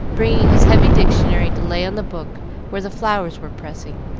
bringing his heavy dictionary to lay on the book where the flowers were pressing.